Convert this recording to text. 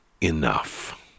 enough